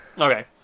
Okay